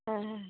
ᱦᱮᱸ ᱦᱮᱸ